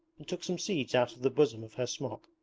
and took some seeds out of the bosom of her smock.